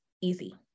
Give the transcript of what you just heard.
easy